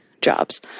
Jobs